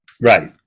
Right